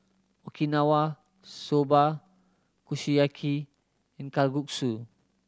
Okinawa Soba Kushiyaki and Kalguksu